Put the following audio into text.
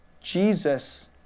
Jesus